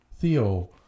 Theo